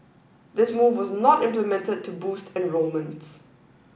this move was not implemented to boost enrolment